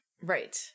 Right